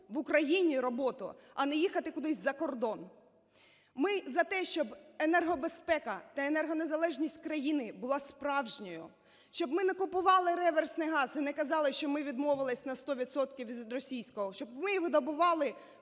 в Україні, роботу, а не їхати кудись за кордон. Ми за те, щоб енергобезпека та енергонезалежність країни була справжньою. Щоб ми не купували реверсний газ і не казали, що ми відмовились на 100 відсотків від російського. Щоб ми видобували